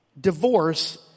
Divorce